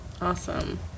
awesome